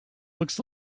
looks